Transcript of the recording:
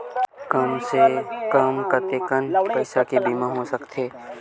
कम से कम कतेकन पईसा के बीमा हो सकथे?